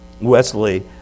Wesley